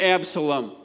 Absalom